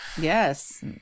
yes